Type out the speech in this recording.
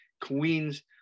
Queens